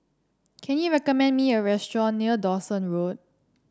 can you recommend me a restaurant near Dawson Road